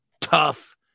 tough